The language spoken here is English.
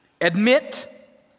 admit